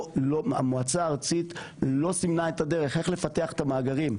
המועצה הארצית לא סימנה את הדרך איך לפתח את המאגרים.